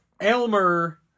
Elmer